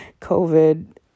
COVID